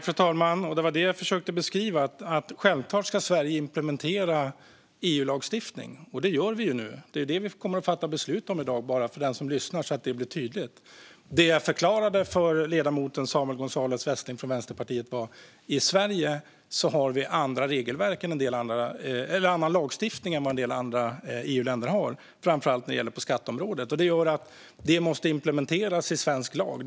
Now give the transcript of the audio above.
Fru talman! Det var det jag försökte beskriva. Självklart ska Sverige implementera EU-lagstiftning. Det gör vi nu. Det kommer vi att fatta beslut om i dag, bara för att det ska bli tydligt för den som lyssnar. Det jag förklarade för ledamoten Samuel Gonzalez Westling från Vänsterpartiet var att vi i Sverige har en annan lagstiftning än vad en del andra EU-länder har, framför allt på skatteområdet. Det gör att det måste implementeras i svensk lag.